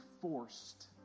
forced